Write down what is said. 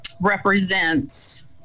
represents